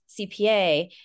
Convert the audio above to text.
CPA